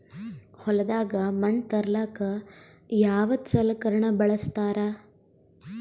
ಹೊಲದಾಗ ಮಣ್ ತರಲಾಕ ಯಾವದ ಸಲಕರಣ ಬಳಸತಾರ?